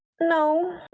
No